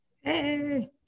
Hey